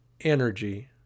energy